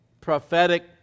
prophetic